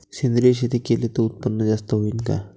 सेंद्रिय शेती केली त उत्पन्न जास्त होईन का?